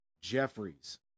Jeffries